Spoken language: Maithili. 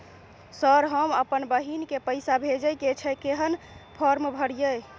सर हम अप्पन बहिन केँ पैसा भेजय केँ छै कहैन फार्म भरीय?